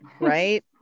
Right